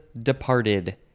departed